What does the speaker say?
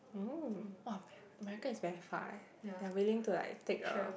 mm !wah! America is very far eh they are willing to like take a